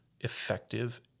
effective